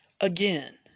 Again